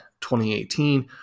2018